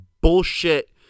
bullshit